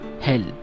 Hell